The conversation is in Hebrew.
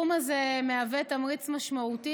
הסכום הזה מהווה תמריץ משמעותי,